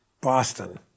Boston